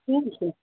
ঠিক আছে